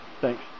Thanks